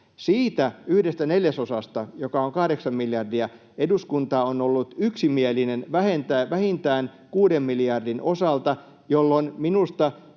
Siitä yhdestä neljäsosasta, joka on 8 miljardia, eduskunta on ollut yksimielinen vähintään 6 miljardin osalta, jolloin minusta